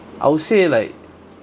I would say like